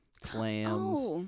clams